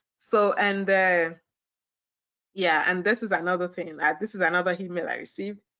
so and then yeah and this is another thing that this is another email i received.